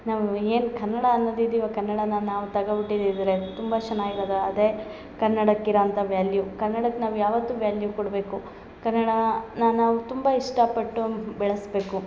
ನಾವು ಏನು ಕನ್ನಡ ಅನ್ನೋದು ಇದ್ಯೋ ಕನ್ನಡನ ನಾವು ತಗಬಿಟ್ಟಿದಿದ್ದರೆ ತುಂಬ ಚೆನ್ನಾಗಿ ಇರೊದು ಅದೇ ಕನ್ನಡಕ್ಕಿರೊವಂಥ ವ್ಯಾಲ್ಯೂ ಕನ್ನಡಕ್ಕೆ ನಾವು ಯಾವತ್ತು ವ್ಯಾಲ್ಯೂ ಕೊಡಬೇಕು ಕನ್ನಡ ನಾವು ತುಂಬ ಇಷ್ಟ ಪಟ್ಟುಮ್ ಬೆಳಸಬೇಕು